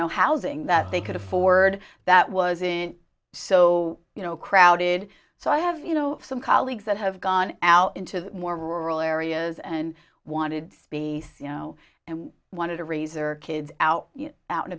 know housing that they could afford that wasn't so you know crowded so i have you know some colleagues that have gone out into the more rural areas and wanted to be you know and wanted to reserve kids out you